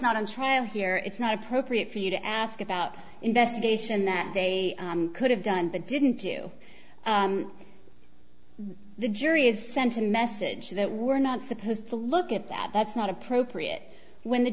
not on trial here it's not appropriate for you to ask about investigation that they could have done the didn't do the jury is sent a message that we're not supposed to look at that that's not appropriate when the